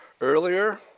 earlier